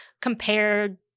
compare